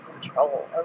control